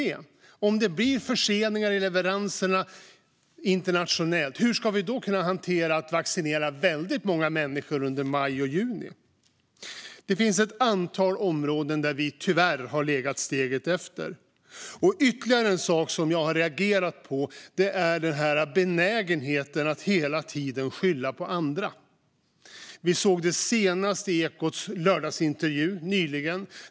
Hur ska vi, om det blir förseningar av leveranserna internationellt, kunna vaccinera väldigt många människor under maj och juni? Det finns ett antal områden där vi tyvärr har legat steget efter. Ytterligare en sak som jag har reagerat på är benägenheten att hela tiden skylla på andra. Vi hörde det senast i Ekots lördagsintervju nyligen.